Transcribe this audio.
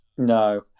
no